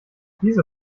diese